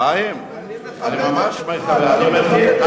חיים, אני ממש מכבד, אתה לא מכבד את שלי.